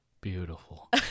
Beautiful